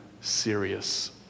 serious